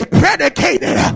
predicated